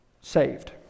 saved